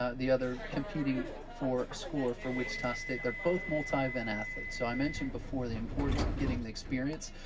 ah the other competing for score for wichita state. they're both multi-event athletes. so i mentioned before the importance of getting the experience.